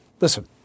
Listen